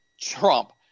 Trump